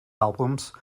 albums